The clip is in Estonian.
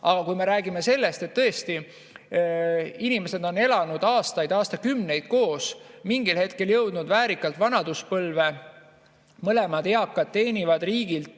Aga kui me räägime sellest, et inimesed on elanud aastaid, aastakümneid koos, mingil hetkel jõudnud väärikalt vanaduspõlve, mõlemad eakad [saavad] riigilt